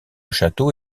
château